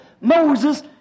Moses